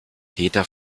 peter